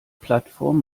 plattform